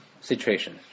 situation